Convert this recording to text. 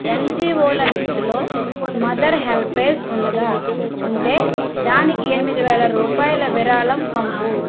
ఎన్జిఓల లిస్టులో Mother HelpAge ఉన్నదా ఉంటే దానికి ఎనిమిది వేల రూపాయల విరాళం పంపు